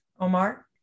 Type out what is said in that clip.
Omar